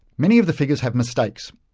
many of the figures have mistakes,